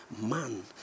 man